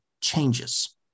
changes